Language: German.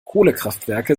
kohlekraftwerke